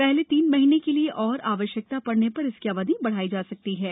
हले तीन महीने के लिए और आवश्यकता ड़ने र इसकी अवधि बढ़ायी जा सकती हा